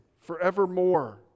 forevermore